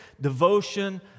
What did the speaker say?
devotion